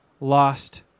lost